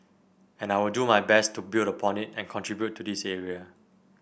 and I will do my best build upon it and contribute to this area